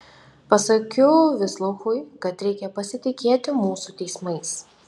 pasakiau vislouchui kad reikia pasitikėti mūsų teismais